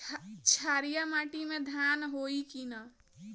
क्षारिय माटी में धान होई की न?